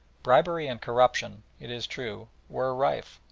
bribery and corruption, it is true, were rife,